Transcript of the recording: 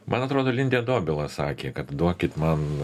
man atrodo lindė dobilas sakė kad duokit man